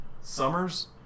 Summers